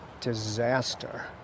Disaster